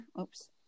Oops